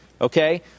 Okay